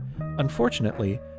Unfortunately